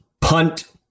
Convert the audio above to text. punt